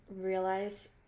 realize